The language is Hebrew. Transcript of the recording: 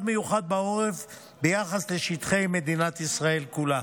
מיוחד בעורף ביחס לשטחי מדינת ישראל כולה.